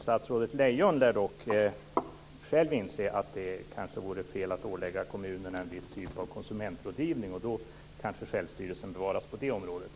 Statsrådet Lejon lär dock själv inse att det kanske vore fel att ålägga kommunerna en viss typ av konsumentrådgivning. Då kanske självstyrelsen ändå bevaras på det området.